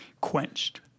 quenched